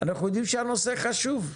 אנחנו יודעים שהנושא חשוב.